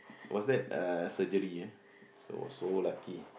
what's that uh surgery ah so so lucky